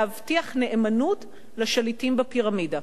להבטיח נאמנות לשליטים בפירמידה.